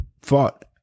fought